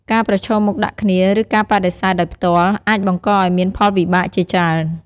ការប្រឈមមុខដាក់គ្នា ឬការបដិសេធដោយផ្ទាល់ អាចបង្កឲ្យមានផលវិបាកជាច្រើន។